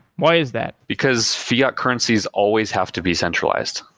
why is that? because fiat currencies always have to be centralized.